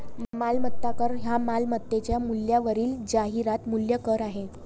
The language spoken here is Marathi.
मालमत्ता कर हा मालमत्तेच्या मूल्यावरील जाहिरात मूल्य कर आहे